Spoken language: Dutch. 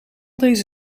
deze